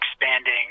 expanding